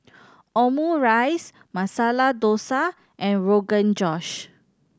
Omurice Masala Dosa and Rogan Josh